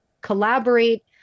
collaborate